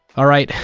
all right,